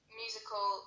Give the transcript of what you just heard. musical